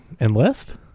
enlist